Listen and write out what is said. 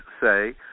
say